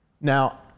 Now